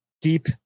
deep